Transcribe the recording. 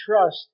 trust